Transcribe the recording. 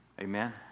Amen